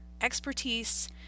expertise